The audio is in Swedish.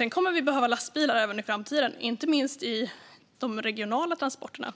Vi kommer att behöva lastbilar även i framtiden, inte minst i de regionala transporterna.